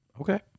okay